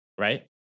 Right